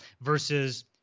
versus